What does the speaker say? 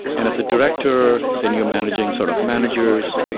and as a director, then you're managing sort of managers.